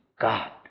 God